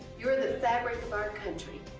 you're the fabric of our country,